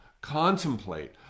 contemplate